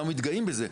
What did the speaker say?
למה מתגאים בזה.